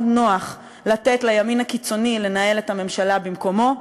נוח לתת לימין הקיצוני לנהל את הממשלה במקומו.